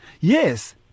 yes